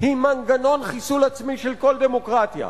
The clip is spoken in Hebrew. היא מנגנון חיסול עצמי של כל דמוקרטיה.